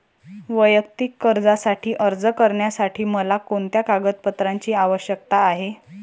वैयक्तिक कर्जासाठी अर्ज करण्यासाठी मला कोणत्या कागदपत्रांची आवश्यकता आहे?